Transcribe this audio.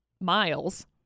miles